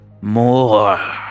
more